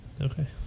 Okay